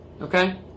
Okay